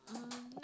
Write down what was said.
um that